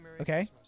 Okay